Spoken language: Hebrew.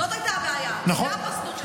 זאת הייתה הבעיה --- נכון.